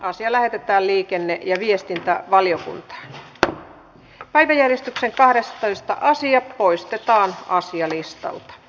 asia lähetettiin liikenne ja viestintävaliokuntaan